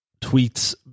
tweets